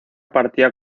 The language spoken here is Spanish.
partía